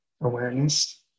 Awareness